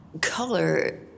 color